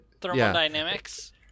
thermodynamics